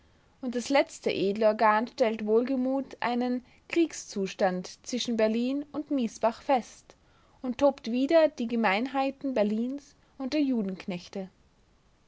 und das letztere edle organ stellt wohlgemut einen kriegszustand zwischen berlin und miesbach fest und tobt wider die gemeinheiten berlins und der